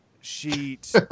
Sheet